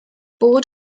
board